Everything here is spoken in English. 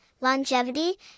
longevity